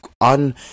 on